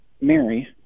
Mary